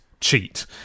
Cheat